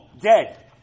Dead